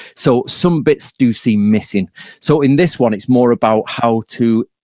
so some bits do seem missing so in this one it's more about how to,